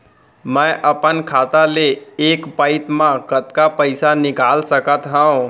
मैं अपन खाता ले एक पइत मा कतका पइसा निकाल सकत हव?